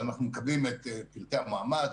אנחנו מקבלים את פרטי המועמד,